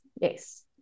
yes